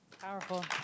Powerful